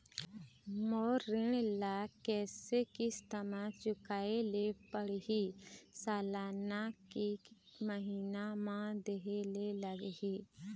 मोर ऋण ला कैसे किस्त म चुकाए ले पढ़िही, सालाना की महीना मा देहे ले लागही?